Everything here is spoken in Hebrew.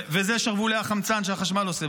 וזה שרוולי החמצן שהחשמל עושה.